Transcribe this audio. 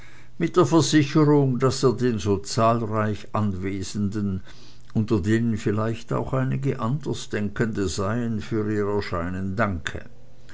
mit der versicherung daß er den so zahlreich anwesenden unter denen vielleicht auch einige andersdenkende seien für ihr erscheinen danke